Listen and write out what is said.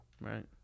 right